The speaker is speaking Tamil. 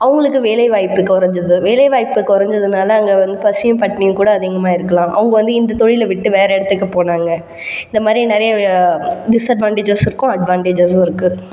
அவங்களுக்கு வேலை வாய்ப்பு குறைஞ்சுடுது வேலை வாய்ப்பு குறைஞ்சதுனால அங்க வந்து பசியும் பட்டினியும் கூட அதிகமாக இருக்கலாம் அவங்க வந்து இந்த தொழிலை விட்டு வேற இடத்துக்கு போனாங்க இந்தமாதிரி நிறைய டிஸ்அட்வான்ட்டேஜஸும் இருக்கும் அட்வான்டேஜஸும் இருக்கு